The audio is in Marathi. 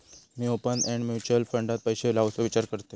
मी ओपन एंड म्युच्युअल फंडात पैशे लावुचो विचार करतंय